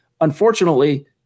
Unfortunately